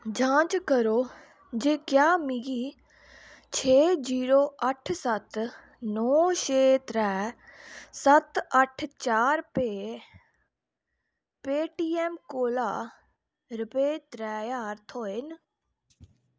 जांच करो जे क्या मिगी छे जीरो अट्ठ सत्त नौ छे त्रै सत्त अट्ठ चार रपेऽ पे टी ऐम कोला रपेऽ त्रै ज्हार थ्होऐ न